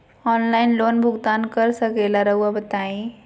Online loan भुगतान कर सकेला राउआ बताई?